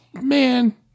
man